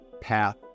path